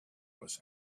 was